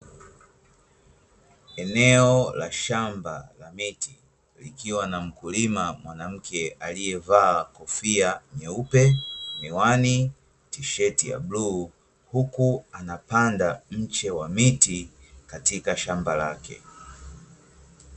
Eneo la shamba la miti likiwa na mkulima mwanamke aliyevaa kofia nyeupe, miwani, T-sheti ya blue, huku anapanda mche wa miti katika shamba lake.